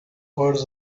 words